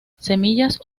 semillas